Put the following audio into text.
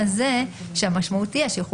עדיין הנשיא יצטרך לשקול והפעם הנשיא